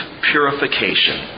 purification